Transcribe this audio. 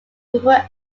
before